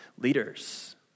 leaders